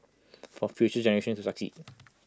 for future generations to succeed